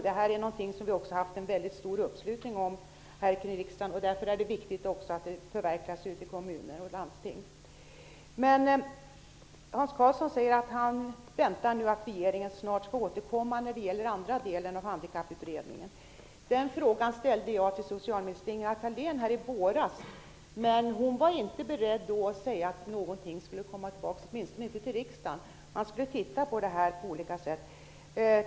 Det är också något som vi har haft en stor uppslutning kring här i riksdagen. Därför är det viktigt att det också förverkligas ute i kommuner och landsting. Hans Karlsson säger att han väntar att regeringen snart skall återkomma när det gäller den andra delen av Handikapputredningen. Jag ställde en fråga till socialminister Ingela Thalén om detta i våras. Men hon var då inte beredd att säga att någonting skulle komma tillbaks, åtminstone inte till riksdagen. Man skulle titta på detta på olika sätt.